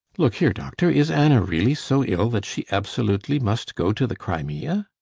look here, doctor, is anna really so ill that she absolutely must go to the crimea?